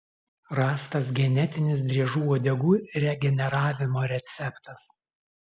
rastas genetinis driežų uodegų regeneravimo receptas